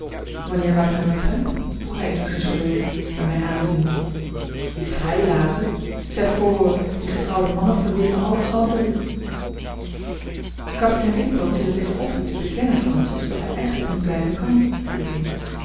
wanneer laat gij mij vrij vroeg hij eenigszins verlegen en mij aanziende u vrijlaten c'est fort die getrouwde mannen verleeren alle galanterie kapitein willibald ziet er tegen op u te bekennen francis dat hij eigenlijk niet blijven kan viel ik in